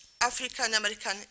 African-American